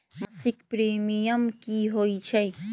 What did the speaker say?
मासिक प्रीमियम की होई छई?